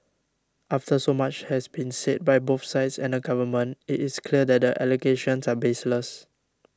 after so much has been said by both sides and the Government it is clear that the allegations are baseless